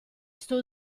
sto